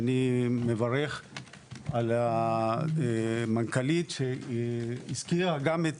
אני מברך את המנכ"לית שהזכירה גם את